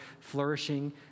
flourishing